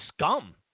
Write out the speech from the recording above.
scum